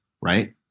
right